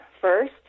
first